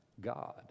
God